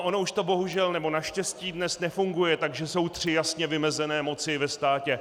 Ono to bohužel, nebo naštěstí dnes nefunguje tak, že jsou tři jasně vymezené moci ve státě.